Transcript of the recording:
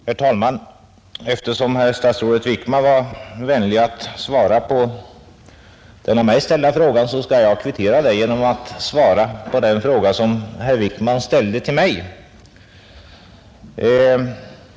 Herr talman! Eftersom industriministern var vänlig nog att svara på min fråga, skall jag kvittera detta genom att svara på den fråga som han ställde till mig.